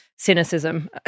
cynicism